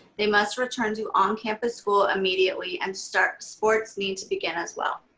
they must return to on campus school immediately and start. sports need to begin as well.